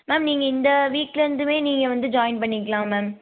ma'am நீங்கள் இந்த வீக்கிலேருந்துவே நீங்கள் வந்து ஜாயின் பண்ணிக்கலாம் மேம்